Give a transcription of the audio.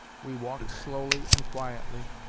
we walked slowly and quietly,